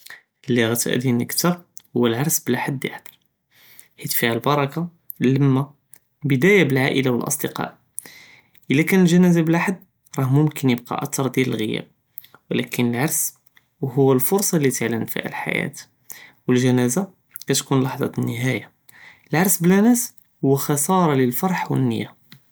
לי גאד תא'זיני כתר הוא אלערס בלא חד יהדר, חית פיהא אלברכה, אללמה, בידהיה בעלעאילה ו אלאסקא, אלא קאן אלג'נאזה בלא אחד ראה מומכן ייבקה אטר דיאל אלג'יב, ולקין אלערס הוא אלפרסה לבידהא אלחייאה, ו אלג'נאזה تکון להזה אלנהאיה, אלערס בלא נאס הוא כחסרה ללפרחה ו אלניה.